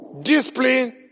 Discipline